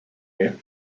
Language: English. you